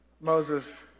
Moses